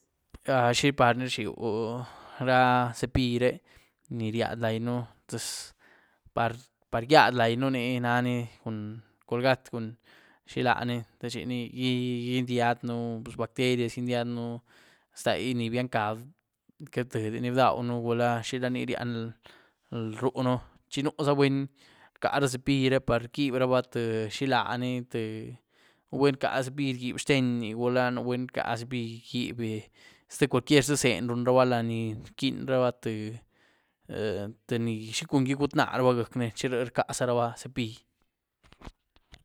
¿xí par ni rzhiu ra cepigllí re, ni riady layën? Par gyiad layën ni nani cun colgat´ cun xilani techini gyid´ndiadën pus bacterias, gyid´ndiën ztai ni biancá qued bdïedini bdawuën gula xirani ryián ruúën, chi nú zá buny rcá ra cepigllí re par quiebraba tïé xilani tïé, gula un buny rcá cepigllí rgyieb xtenyni gula nu buny rcá cepigllí rgyieb ztïé cualquier ztïé zeny runraba lanyí ni rquieraba tïé tïé ni xicungi gut´naraba gyíec´ní chi ríe rcazaraba cepigllí.